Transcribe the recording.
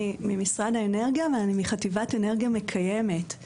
אני מחטיבת אנרגיה מקיימת ממשרד האנרגיה.